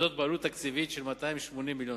בעלות תקציבית של 280 מיליון